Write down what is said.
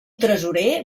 tresorer